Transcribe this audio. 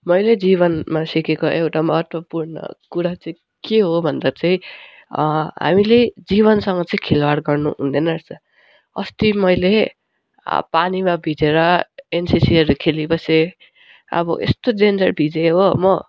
मैले जीवनमा सिकेको एउटा महत्त्वपूर्ण कुरा चाहिँ के हो भन्दा चाहिँ हामीले जीवनसँग चाहिँ खेलबाड गर्नु हुँदैन रहेछ अस्ति मैले पानीमा भिजेर एनसिसीहरू खेलिबसे अब यस्तो डेन्जर भिजेँ हो म